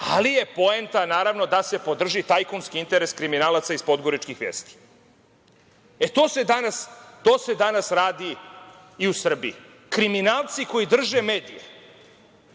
ali je poenta, naravno, da se podrži tajkunski interes kriminalaca iz podgoričkih „Vijesti“.To se danas radi i u Srbiji. Kriminalci koji drže medije